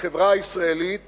בחברה הישראלית